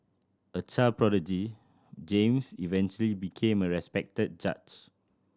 a child prodigy James eventually became a respected judge